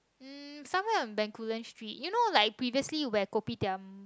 um somewhere on Bencoolen Street you know like previously like kopitiam